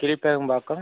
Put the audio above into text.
Keelperumbakkam